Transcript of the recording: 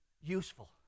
useful